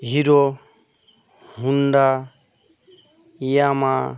hero Honda Yamaha